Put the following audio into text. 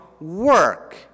work